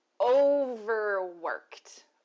overworked